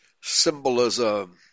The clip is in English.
symbolism